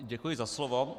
Děkuji za slovo.